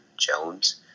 Jones